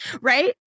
Right